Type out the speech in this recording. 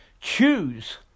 choose